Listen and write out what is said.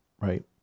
right